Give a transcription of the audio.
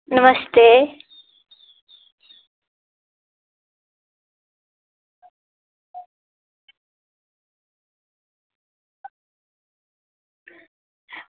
नमस्ते